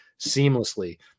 seamlessly